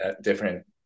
different